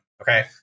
okay